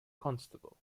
constable